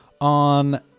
on